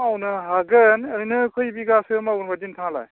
मावनो हागोन ओरैनो खोय बिघासो मावगोन बायदि नोंथाङालाय